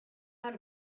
out